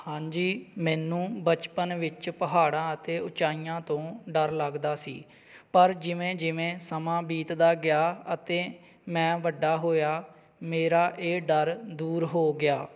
ਹਾਂਜੀ ਮੈਨੂੰ ਬਚਪਨ ਵਿੱਚ ਪਹਾੜਾਂ ਅਤੇ ਉੱਚਾਈਆਂ ਤੋਂ ਡਰ ਲੱਗਦਾ ਸੀ ਪਰ ਜਿਵੇਂ ਜਿਵੇਂ ਸਮਾਂ ਬੀਤਦਾ ਗਿਆ ਅਤੇ ਮੈਂ ਵੱਡਾ ਹੋਇਆ ਮੇਰਾ ਇਹ ਡਰ ਦੂਰ ਹੋ ਗਿਆ